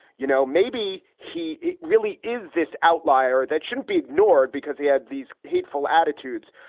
you know, maybe. he really is this outlier that shouldn't be ignored because he had these hateful attitudes.